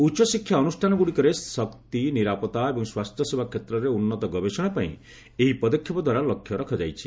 ଉଚ୍ଚଶିକ୍ଷା ଅନୁଷ୍ଠାନଗୁଡ଼ିକରେ ଶକ୍ତି ନିରାପତ୍ତା ଏବଂ ସ୍ୱାସ୍ଥ୍ୟସେବା କ୍ଷେତ୍ରରେ ଉନ୍ନତ ଗବେଷଣା ପାଇଁ ଏହି ପଦକ୍ଷେପ ଦ୍ୱାରା ଲକ୍ଷ୍ୟ ରଖାଯାଇଛି